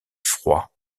froid